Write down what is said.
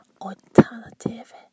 Alternative